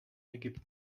ägypten